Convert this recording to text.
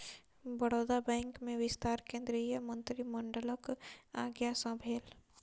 Baroda bank में विस्तार केंद्रीय मंत्रिमंडलक आज्ञा सँ भेल